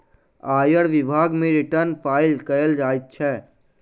आयकर विभाग मे रिटर्न फाइल कयल जाइत छै